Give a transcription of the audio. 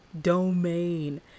Domain